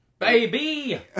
Baby